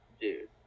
Dude